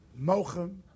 Mochem